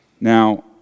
Now